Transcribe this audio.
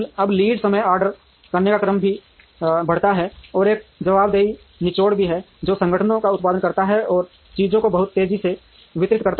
अब लीड समय ऑर्डर करने का क्रम भी बढ़ता है और एक जवाबदेही निचोड़ भी है जो संगठनों का उत्पादन करता है और चीजों को बहुत तेजी से वितरित करता है